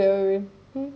man U never win